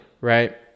right